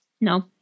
No